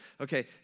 Okay